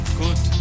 good